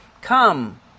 Come